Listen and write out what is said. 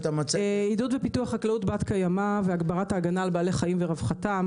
עידוד ופיתוח חקלאות בת קיימא והגברת ההגנה על בעלי החיים ורווחתם.